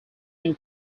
new